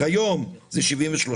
כיום זה 73%